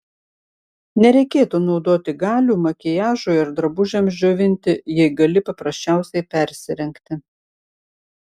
nereikėtų naudoti galių makiažui ar drabužiams džiovinti jei gali paprasčiausiai persirengti